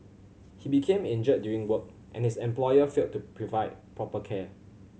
he became injured during work and his employer failed to provide proper care